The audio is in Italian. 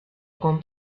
con